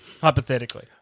Hypothetically